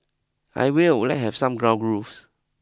I will let's have some ground rules